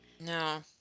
No